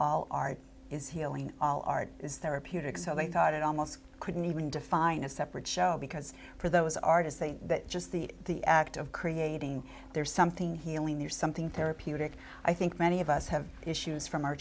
all art is healing all art is there a puter so i thought it almost couldn't even define a separate show because for those artists that just the act of creating there's something healing there's something therapeutic i think many of us have issues from our